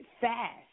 fast